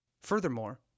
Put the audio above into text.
Furthermore